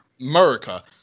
America